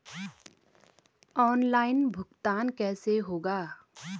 Online भुगतान कैसे होगा?